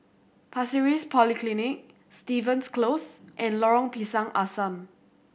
Pasir Ris Polyclinic Stevens Close and Lorong Pisang Asam